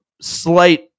slight